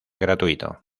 gratuito